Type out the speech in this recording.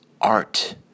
art